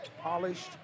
polished